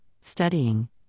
studying